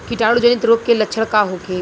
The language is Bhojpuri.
कीटाणु जनित रोग के लक्षण का होखे?